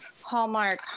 Hallmark